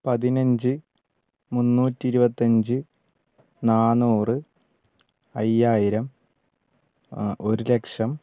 പതിനഞ്ച് മുന്നൂറ്റിയിരുപത്തഞ്ച് നാന്നൂറ് അയ്യായിരം ഒരു ലക്ഷം